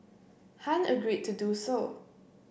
Han agreed to do so